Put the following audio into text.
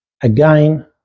Again